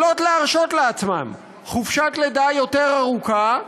יכולות להרשות לעצמן חופשת לידה ארוכה יותר,